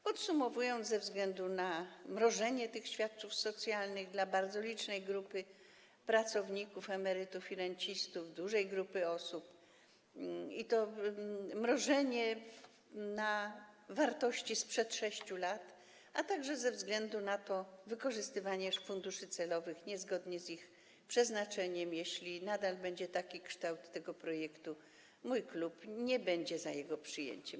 Podsumowując, ze względu na mrożenie tych świadczeń socjalnych dla bardzo licznej grupy pracowników, emerytów i rencistów, dużej grupy osób, i to mrożenie na poziomie sprzed 6 lat, a także ze względu na wykorzystywanie funduszy celowych niezgodnie z ich przeznaczeniem, jeśli nadal będzie taki kształt tego projektu, mój klub nie będzie za jego przyjęciem.